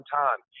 time